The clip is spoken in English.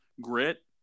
grit